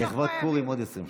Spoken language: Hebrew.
לכבוד פורים, עוד 20 שניות.